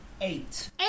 eight